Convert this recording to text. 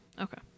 Okay